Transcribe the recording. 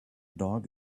dog